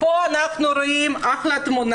אנחנו רואים יופי של תמונה.